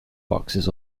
boxes